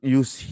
use